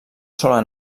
sola